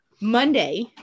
Monday